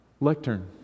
lectern